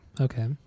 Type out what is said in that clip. Okay